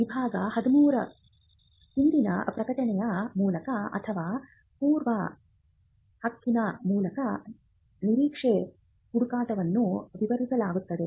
ವಿಭಾಗ 13 ಹಿಂದಿನ ಪ್ರಕಟಣೆಯ ಮೂಲಕ ಅಥವಾ ಪೂರ್ವ ಹಕ್ಕಿನ ಮೂಲಕ ನಿರೀಕ್ಷೆಯ ಹುಡುಕಾಟವನ್ನು ವಿವರಿಸುತ್ತದೆ